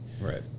Right